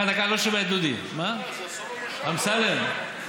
כן, אמסלם?